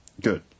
good